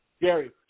Gary